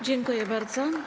Dziękuję bardzo.